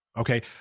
Okay